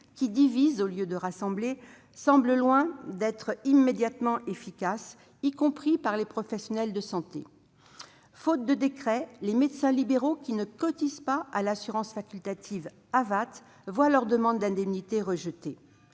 qui divise au lieu de rassembler semble loin d'être immédiatement efficace, y compris pour les professionnels de santé : faute de décret, les médecins libéraux qui ne cotisent pas à l'assurance facultative AVAT voient leur demande d'indemnisation rejetée.